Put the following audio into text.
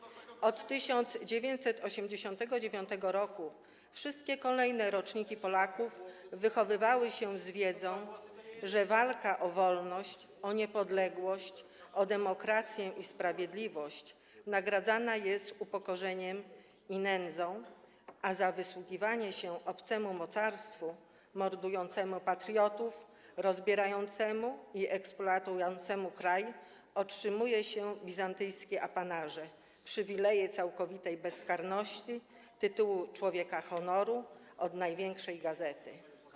Od 1989 r. wszystkie kolejne roczniki Polaków wychowywały się z wiedzą, że walka o wolność, o niepodległość, o demokrację i sprawiedliwość nagradzana jest upokorzeniem i nędzą, a za wysługiwanie się obcemu mocarstwu, mordującemu patriotów, rozbierającemu i eksploatującemu kraj, otrzymuje się bizantyjskie apanaże, przywileje całkowitej bezkarności, tytuły człowieka honoru od największej gazety.